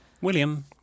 William